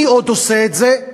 מי עוד עושה את זה?